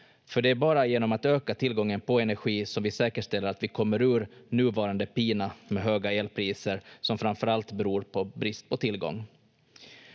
för det är bara genom att öka tillgången på energi som vi säkerställer att vi kommer ur nuvarande pina med höga elpriser som framförallt beror på brist på tillgång.